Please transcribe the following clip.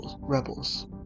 rebels